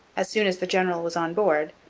as soon as the general was on board,